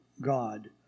God